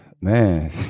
Man